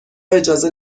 اجازه